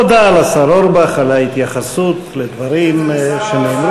תודה לשר אורבך על ההתייחסות לדברים שנאמרו.